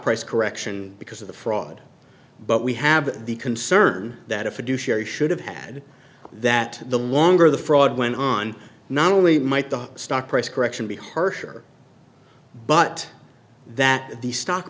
price correction because of the fraud but we have the concern that a fiduciary should have had that the longer the fraud went on not only might the stock price correction be her share but that the stock